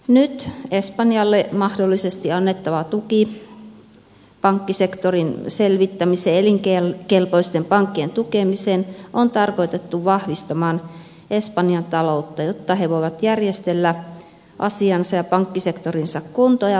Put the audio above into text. nyt espanjalle mahdollisesti annettava tuki pankkisektorin selvittämiseen elinkelpoisten pankkien tukemiseen on tarkoitettu vahvistamaan espanjan taloutta jotta he voivat järjestellä asiansa ja pankkisektorinsa kuntoon ja vakauttaa tilanteen